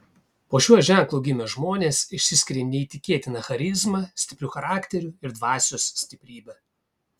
po šiuo ženklu gimę žmonės išsiskiria neįtikėtina charizma stipriu charakteriu ir dvasios stiprybe